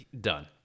Done